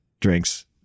drinks